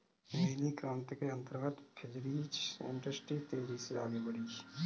नीली क्रांति के अंतर्गत फिशरीज इंडस्ट्री तेजी से आगे बढ़ी